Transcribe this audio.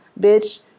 bitch